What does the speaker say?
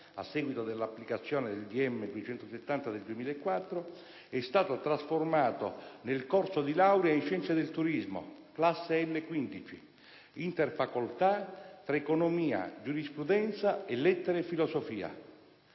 a seguito dell'applicazione del decreto ministeriale n. 270 del 2004, è stato trasformato nel corso di laurea in scienze del turismo, classe L-15, interfacoltà, tra economia, giurisprudenza e lettere e filosofia.